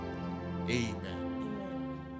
Amen